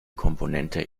komponente